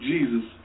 Jesus